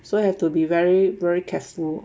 so you have to be very very careful